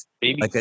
baby